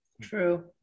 True